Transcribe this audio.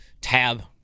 tab